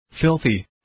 filthy